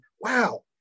wow